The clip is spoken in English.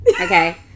Okay